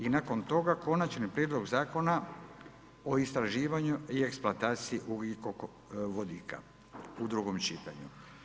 I nakon toga, Konačni prijedlog zakona o istraživanju i eksploataciju ugljikovodika u drugom čitanju.